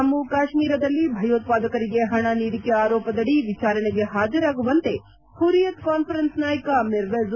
ಜಮ್ನ ಕಾಶ್ಮೀರದಲ್ಲಿ ಭಯೋತ್ವಾದಕರಿಗೆ ಹಣ ನೀಡಿಕೆ ಆರೋಪದಡಿ ವಿಚಾರಣೆಗೆ ಹಾಜರಾಗುವಂತೆ ಹುರಿಯತ್ ಕಾನ್ಫರೆನ್ಸ್ ನಾಯಕ ಮಿರ್ವೇಜ್